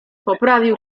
poprawił